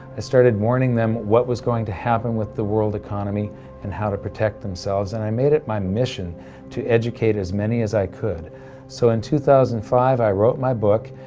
i started warning them what was going to happen with the world economy and how to protect themselves, and i made it my mission to educate as many as i could so in two thousand and five, i wrote my book.